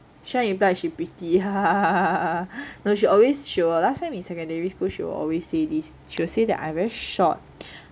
she trying to imply she pretty no she always she will last time in secondary school she will always say this she will always say that I very short